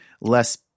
less